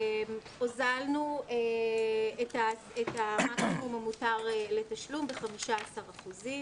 הוזלנו את המקסימום המותר לתשלום ב-15 אחוזים.